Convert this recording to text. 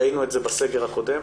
ראינו את זה בסגר הקודם.